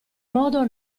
modo